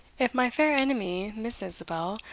if my fair enemy, miss isabel,